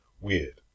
weird